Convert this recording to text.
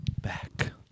back